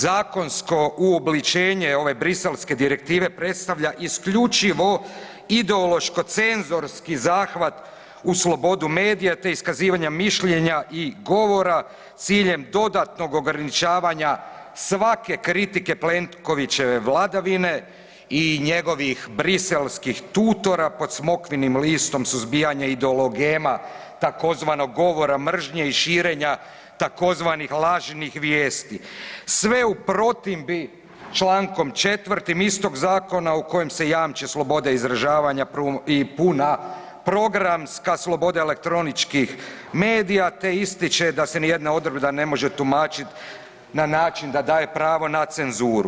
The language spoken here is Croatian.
Zakonsko uobličenje ove briselske direktive predstavlja isključivo ideološko cenzorski zahvat u slobodu medija te iskazivanja mišljenja i govora s ciljem dodatnog ograničavanja svake kritike Plenkovićeve vladavine i njegovih briselskih tutora pod smokvinim listom suzbijanja ideologema tzv. govora mržnje i širenja tzv. lažnih vijesti sve u protimbi člankom 4. istog Zakona u kojem se jamče slobode izražavanja i puna programska sloboda elektroničkih medija te ističe da se niti jedna odredba ne može tumačiti na način da daje pravo na cenzuru.